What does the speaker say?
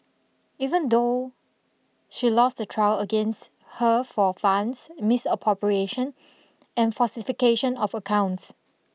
even though she lost the trial against her for funds misappropriation and falsification of accounts